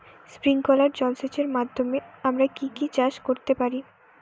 Sprinkler জলসেচের মাধ্যমে আমরা কি কি চাষ করতে পারি?